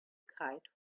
kite